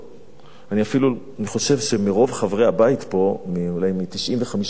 אני חושב שמרוב חברי הבית פה, אולי מ-95% מהם,